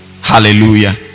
hallelujah